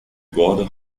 gordon